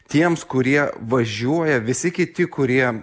tiems kurie važiuoja visi kiti kurie